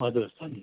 हजुर अनि